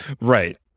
right